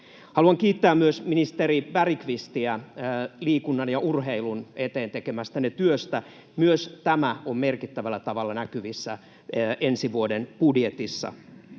Haluan kiittää myös ministeri Bergqvistiä liikunnan ja urheilun eteen tekemästänne työstä. Myös tämä on merkittävällä tavalla näkyvissä ensi vuoden budjetissa.